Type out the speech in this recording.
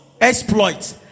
Exploit